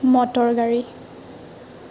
মটৰগাড়ী